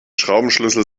schraubenschlüssel